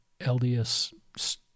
LDS